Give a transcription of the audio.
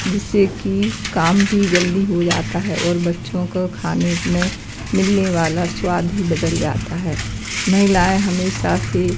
जिससे कि काम भी जल्दी हो जाता है और बच्चों को खाने में मिलने वाला स्वाद ही बदल जाता है महिलाऍं हमेशा से